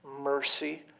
mercy